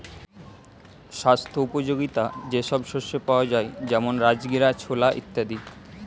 স্বাস্থ্য উপযোগিতা যে সব শস্যে পাওয়া যায় যেমন রাজগীরা, ছোলা ইত্যাদি